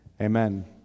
amen